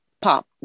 pop